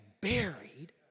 buried